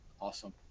Awesome